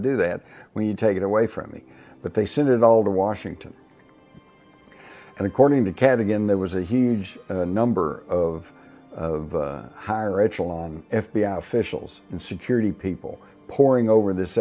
do that when you take it away from me but they sent it all to washington and according to kant again there was a huge number of hi rachel on f b i officials and security people poring over this